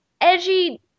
Edgy